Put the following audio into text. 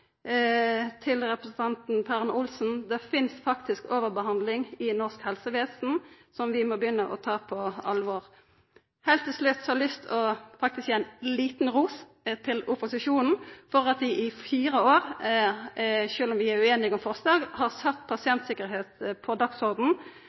til representanten Per Arne Olsen – det finst faktisk overbehandling i norsk helsevesen som vi må begynna å ta på alvor. Heilt til slutt har eg faktisk lyst til å gi ein liten ros til opposisjonen for at dei i fire år, sjølv om vi er ueinige om forslag, har